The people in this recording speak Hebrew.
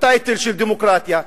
הטייטל של דמוקרטיה,